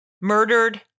murdered